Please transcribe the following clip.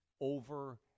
over